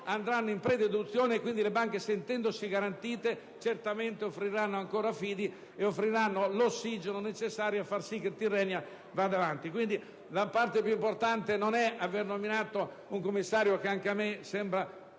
andranno in pre-deduzione: quindi le banche, sentendosi garantite, certamente offriranno ancora fidi, l'ossigeno necessario a far sì che Tirrenia vada avanti. La parte più importante non è aver nominato un commissario, che anche a me sembra